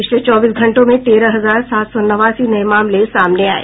पिछले चौबीस घंटों में तेरह हजार पांच सौ चौंतीस नये मामले सामने आयें